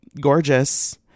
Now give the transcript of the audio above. gorgeous